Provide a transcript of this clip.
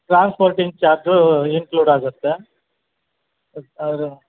transporting charge include ಆಗುತ್ತೆ ಅದು ಅದು